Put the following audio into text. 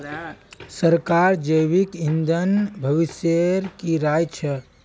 सरकारक जैविक ईंधन भविष्येर की राय छ